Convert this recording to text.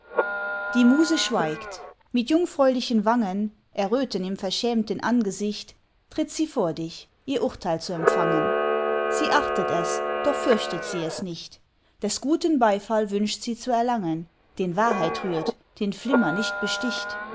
die muse schweigt mit jungfräulichen wangen erröten im verschämten angesicht tritt sie vor dich ihr urteil zu empfangen sie achtet es doch fürchtet sie es nicht des guten beifall wünscht sie zu erlangen den wahrheit rührt den flimmer nicht besticht